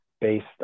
based